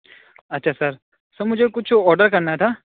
اچھا sir sir مجھے کچھ آرڈر کرنا تھا